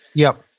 yeah.